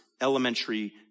elementary